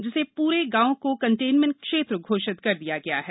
जिस प्रे गांव को कंटेनमेंट क्षेत्र घोषित कर दिया गया था